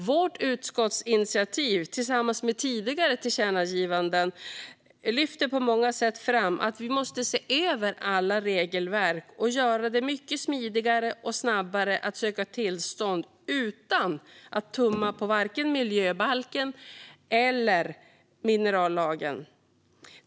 Vårt utskottsinitiativ tillsammans med tidigare tillkännagivanden lyfter på många sätt fram att vi måste se över alla regelverk och göra det mycket smidigare och snabbare att söka tillstånd utan att tumma på vare sig miljöbalken eller minerallagen.